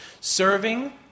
serving